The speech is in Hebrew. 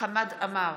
חמד עמאר,